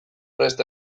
prest